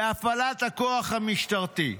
בהפעלת הכוח המשטרתי.